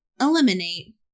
Eliminate